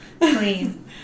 clean